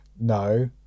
No